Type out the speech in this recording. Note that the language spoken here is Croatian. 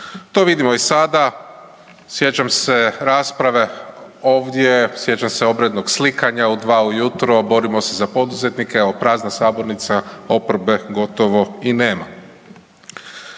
To vidimo i sada. Sjećam se rasprave ovdje, sjećam se obrednog slikanja u 2 ujutro, borimo se za poduzetnike, a evo prazna sabornica, oporbe gotovo i nema.